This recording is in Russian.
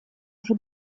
уже